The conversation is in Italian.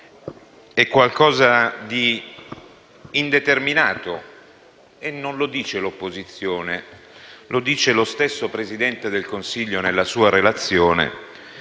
è qualcosa di indeterminato e non lo dice l'opposizione, lo dice lo stesso Presidente del Consiglio nella sua relazione